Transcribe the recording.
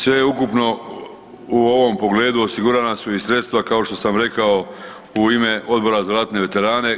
Sveukupno u ovom pogledu osigurana su i sredstva kao što sam rekao u ime Odbora za ratne veterane.